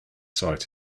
site